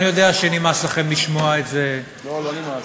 אני יודע שנמאס לכם לשמוע את זה, לא, לא נמאס.